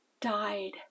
died